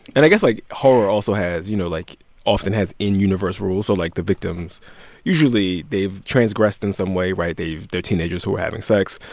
and i guess, like, horror also has, you know, like often has in-universe rules. so, like, the victims usually, they've transgressed in some way, right? they're teenagers who were having sex.